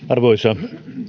arvoisa